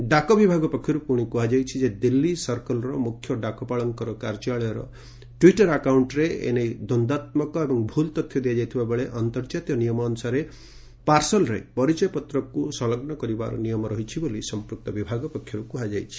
ଡାକ ବିଭାଗ ପକ୍ଷରୁ ପୁଣି କୁହାଯାଇଛି ଯେ ଦିଲ୍ଲୀ ସର୍କଲ୍ର ମୁଖ୍ୟ ଡାକପାଳଙ୍କର କାର୍ଯ୍ୟାଳୟର ଟୁଇଟର୍ ଆକାଉଷ୍ଟ୍ରେ ଏଥିନେଇ ଦ୍ୱନ୍ଦ୍ୱାତ୍ମକ ଏବଂ ଭୁଲ୍ ତଥ୍ୟ ଦିଆଯାଇଥିବା ବେଳେ ଅନ୍ତର୍ଜାତୀୟ ନିୟମାନୁସାରେ ପାର୍ସଲ୍ରେ ପରିଚୟପତ୍ରକୁ ସଂଲଗ୍ନ କରିବାର ନିୟମ ରହିଛି ବୋଲି ସଂପୃକ୍ତ ବିଭାଗ ପକ୍ଷରୁ କୁହାଯାଇଛି